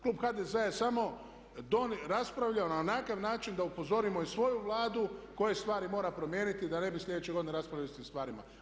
Klub HDZ-a je samo raspravljao na onakav način da upozorimo i svoju Vladu koje stvari mora promijeniti da ne bi sljedeće godine raspravljali o istim stvarima.